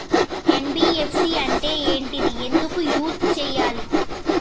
NBFC అంటే ఏంటిది ఎందుకు యూజ్ చేయాలి?